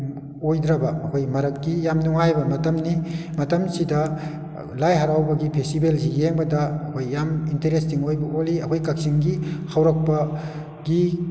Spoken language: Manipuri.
ꯑꯣꯏꯗ꯭ꯔꯕ ꯑꯩꯈꯣꯏ ꯃꯔꯛꯀꯤ ꯌꯥꯝ ꯅꯨꯡꯉꯥꯏꯕ ꯃꯇꯝꯅꯤ ꯃꯇꯝꯁꯤꯗ ꯂꯥꯏ ꯍꯔꯥꯎꯕꯒꯤ ꯐꯦꯁꯇꯤꯕꯦꯜꯁꯤ ꯌꯦꯡꯕꯗ ꯑꯩꯈꯣꯏ ꯌꯥꯝ ꯏꯟꯇꯔꯦꯁꯇꯤꯡ ꯑꯣꯏꯕ ꯑꯣꯜꯂꯤ ꯑꯩꯈꯣꯏ ꯀꯛꯆꯤꯡꯒꯤ ꯍꯧꯔꯛꯄꯒꯤ